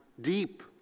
deep